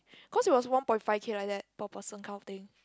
cause it was one point five K like that per person kind of thing